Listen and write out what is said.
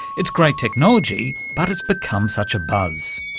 it's great technology, but it's become such a buzz.